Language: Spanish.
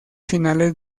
finales